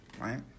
right